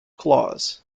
claws